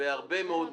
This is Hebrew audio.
בהרבה מאוד מקרים.